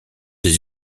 des